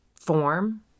form